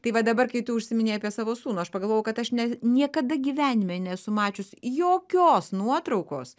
tai va dabar kai tu užsiminei apie savo sūnų aš pagalvojau kad aš ne niekada gyvenime nesu mačius jokios nuotraukos